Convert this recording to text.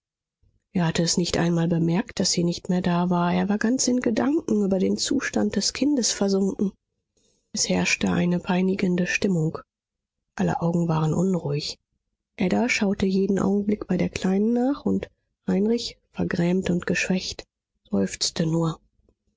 er hatte es nicht einmal bemerkt daß sie nicht mehr da war er war ganz in gedanken über den zustand des kindes versunken es herrschte eine peinigende stimmung aller augen waren unruhig ada schaute jeden augenblick bei der kleinen nach und heinrich vergrämt und geschwächt seufzte nur